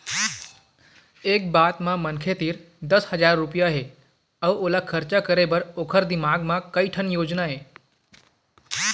ए बात म मनखे तीर दस हजार रूपिया हे अउ ओला खरचा करे बर ओखर दिमाक म कइ ठन योजना हे